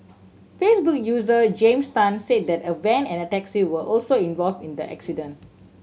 Facebook user James Tan said that a van and a taxi were also involved in the accident